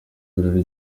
birori